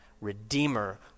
redeemer